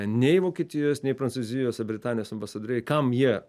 nei vokietijos nei prancūzijos ar britanijos ambasadoriai kam jie